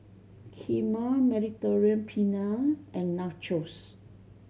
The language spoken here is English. Kheema Mediterranean Penne and Nachos